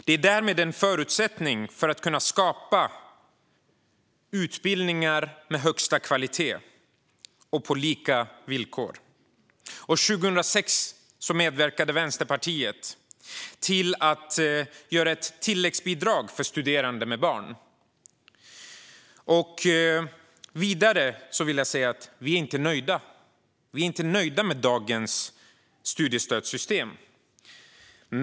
Det är därmed en förutsättning för att kunna skapa utbildningar av högsta kvalitet och på lika villkor. År 2006 medverkade Vänsterpartiet till att göra ett tilläggsbidrag för studerande med barn. Vidare vill jag säga att vi inte är nöjda med dagens studiestödssystem.